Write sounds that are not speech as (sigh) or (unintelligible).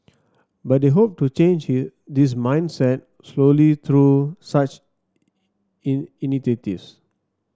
but they hope to change (unintelligible) this mindset slowly through such (unintelligible) initiatives